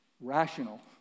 rational